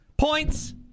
Points